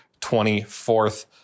24th